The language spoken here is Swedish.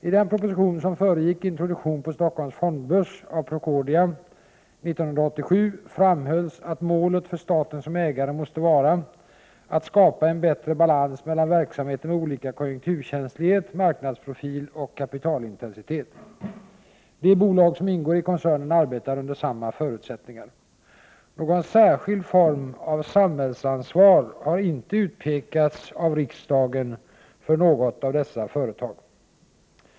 I den proposition som föregick introduktionen på Stockholms fondbörs av Procordia AB år 1987 framhölls att målet för staten som ägare måste vara att skapa en bättre balans mellan verksamheter med olika konjunkturkänslighet, maknadsprofil och kapitalintensitet. De bolag som ingår i koncernen arbetar under samma förutsättningar. Någon särskild form av samhällsansvar har inte utpekats av riksdagen för något av dessa företag.